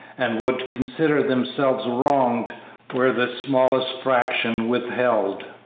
and would consider themselves wronged were the smallest fraction withheld.